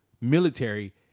military